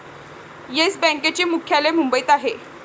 yes बँकेचे मुख्यालय मुंबईत आहे